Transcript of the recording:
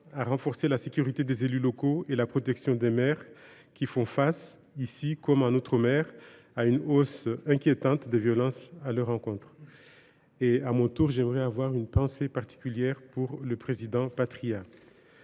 renforçant la sécurité des élus locaux et la protection des maires, élus qui font face, ici comme en outre mer, à une hausse inquiétante des violences à leur encontre. À mon tour, j’ai une pensée toute particulière pour le président Patriat.